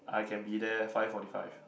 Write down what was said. I can be there five forty five